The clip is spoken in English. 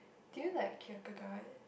do you like